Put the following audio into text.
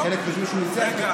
חלק חושבים שהוא ניצח,